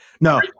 no